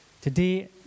Today